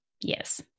Yes